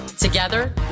Together